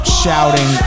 shouting